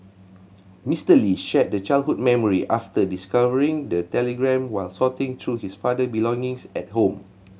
Mister Lee shared the childhood memory after discovering the telegram while sorting through his father belongings at home